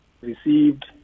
received